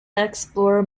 explorer